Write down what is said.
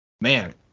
Man